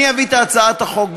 אני אביא את הצעת החוק,